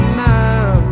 now